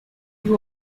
you